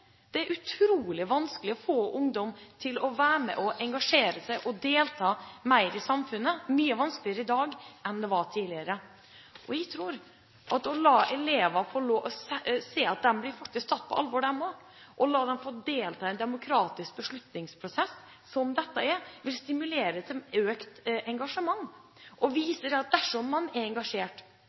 Det er utrolig vanskelig å få ungdom til å engasjere seg og delta i samfunnet, mye vanskeligere i dag enn det var tidligere. Jeg tror at å la elever få se at de blir tatt på alvor – la dem få delta i en demokratisk beslutningsprosess som dette er – vil stimulere til økt engasjement. Det viser at dersom man er engasjert,